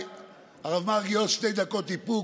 הרב מרגי, עוד שתי דקות איפוק.